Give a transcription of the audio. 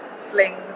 slings